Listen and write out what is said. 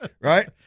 Right